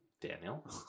Daniel